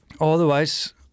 Otherwise